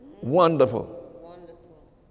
Wonderful